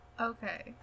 Okay